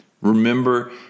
Remember